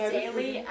daily